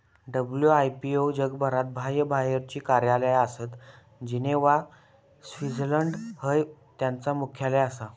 WIPO जगभरात बाह्यबाहेरची कार्यालया आसत, जिनेव्हा, स्वित्झर्लंड हय त्यांचा मुख्यालय आसा